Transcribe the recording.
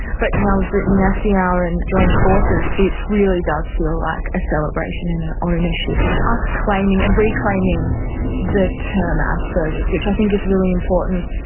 but now we've written the aspie hour and joined forces it really does feel like a celebration and an ownership of us claiming and reclaiming the term asperger's which i think is really important.